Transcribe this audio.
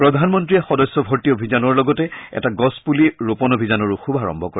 প্ৰধানমন্ত্ৰীয়ে সদস্যভৰ্তি অভিযানৰ লগতে এটা গছপুলি ৰোপণ অভিযানৰো শুভাৰম্ভ কৰে